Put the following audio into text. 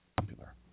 popular